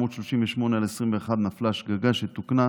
6738/21 נפלה שגגה שתוקנה,